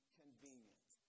convenient